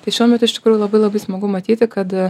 tai šiuo metu iš tikrųjų labai labai smagu matyti kad